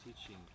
teaching